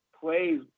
plays